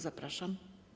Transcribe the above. Zapraszam.